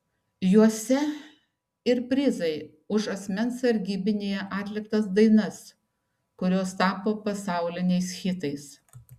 juose ir prizai už asmens sargybinyje atliktas dainas kurios tapo pasauliniais hitais